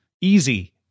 easy